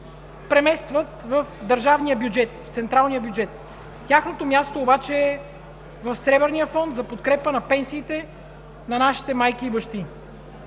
преместват в държавния бюджет, в централния бюджет. Тяхното място обаче е в Сребърния фонд за подкрепа на пенсиите на нашите майки и бащи.